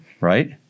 right